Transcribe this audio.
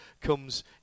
comes